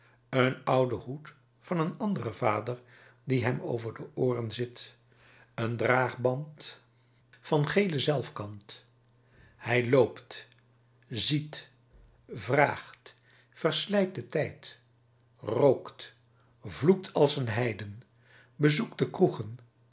een ouden hoed van een anderen vader die hem over de ooren zit een draagband van gele zelfkant hij loopt ziet vraagt verslijt den tijd rookt vloekt als een heiden bezoekt de kroegen